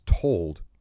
told